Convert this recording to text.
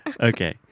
Okay